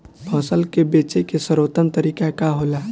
फसल के बेचे के सर्वोत्तम तरीका का होला?